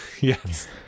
Yes